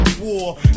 war